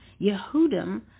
Yehudim